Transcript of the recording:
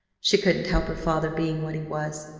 she couldn't help her father being what he was,